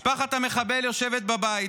משפחת המחבל יושבת בבית,